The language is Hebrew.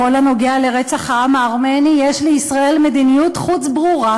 בכל הנוגע לרצח העם הארמני יש לישראל מדיניות חוץ ברורה: